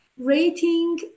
Rating